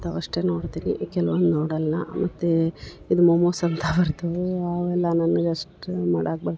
ಇಂತವಷ್ಟೆ ನೋಡ್ತೀನಿ ಕೆಲ್ವೊಂದು ನೋಡಲ್ಲ ಮತ್ತು ಇದು ಮೋಮೋಸ್ ಅಂತ ಬರ್ತವು ಆವೆಲ್ಲ ನನ್ಗ ಅಷ್ಟು ಮಾಡಾಕೆ ಬತ್